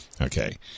Okay